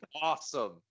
awesome